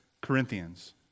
Corinthians